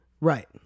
Right